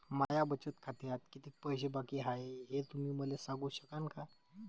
माया बचत खात्यात कितीक पैसे बाकी हाय, हे तुम्ही मले सांगू सकानं का?